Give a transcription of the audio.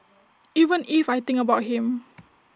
even if I think about him